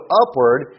upward